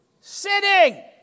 Sitting